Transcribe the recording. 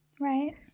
right